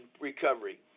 recovery